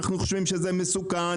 אנחנו חושבים שזה מסוכן,